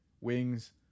wings